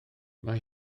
mae